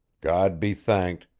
god be thanked,